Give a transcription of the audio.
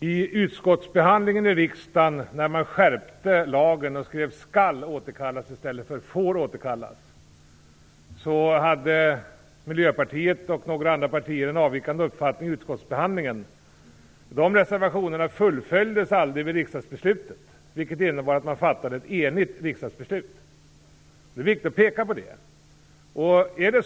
Fru talman! När riksdagen skärpte lagen och skrev Miljöpartiet och några andra partier en avvikande uppfattning i utskottsbehandlingen. De reservationerna fullföljdes aldrig vid riksdagsbeslutet, vilket innebar att man fattade ett enigt riksdagsbeslut. Det är viktigt att peka på det.